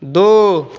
दो